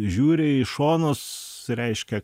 žiūri į šonus reiškia